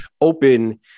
open